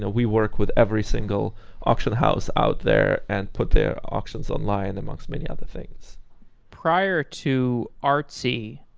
ah we work with every single auction house out there and put their auctions online amongst many other things prior to artsy,